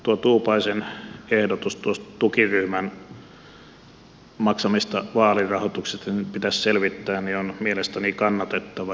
tuo tuupaisen ehdotus tukiryhmän maksamista vaalirahoituksista että ne pitäisi selvittää on mielestäni kannatettava